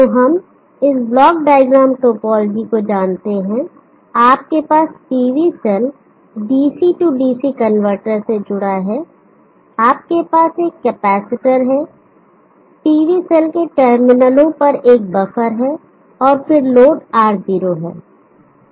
तो हम इस ब्लॉक डायग्राम टोपोलॉजी को जानते हैं आपके पास PV cell DC DC converter से जुड़ा है आपके पास एक कैपेसिटर है PV सेल के टर्मिनलों पर एक बफर है और फिर लोड R0 है